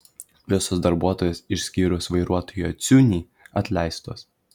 visos darbuotojos išskyrus vairuotoją ciūnį atleistos